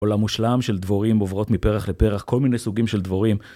עולם מושלם של דבורים עוברות מפרח לפרח, כל מיני סוגים של דבורים.